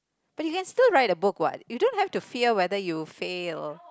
but you can still write the book what you don't have to fear whether you fail